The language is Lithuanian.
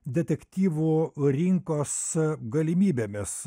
detektyvų rinkos galimybėmis